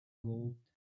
gold